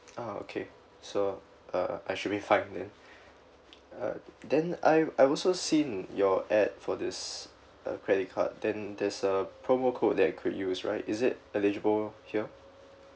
ah okay so uh I should be fine then uh then I I also seen your ad for this uh credit card then there's a promo code that I could use right is it eligible here